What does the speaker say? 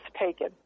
taken